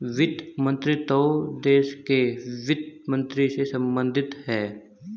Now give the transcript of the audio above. वित्त मंत्रीत्व देश के वित्त मंत्री से संबंधित है